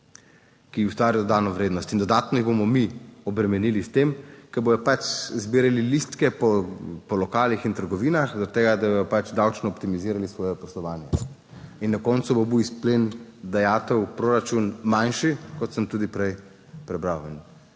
ki ustvarjajo dodano vrednost. In dodatno jih bomo mi obremenili s tem, ko bodo pač zbirali listke po lokalih in trgovinah zaradi tega, da bodo pač davčno optimizirali svoje poslovanje. In na koncu bo bil izplen dajatev v proračun manjši kot sem tudi prej prebral.